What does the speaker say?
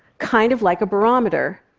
kind of like a barometer.